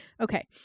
Okay